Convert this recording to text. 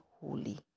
holy